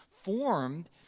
formed